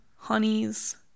Honeys